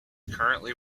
currently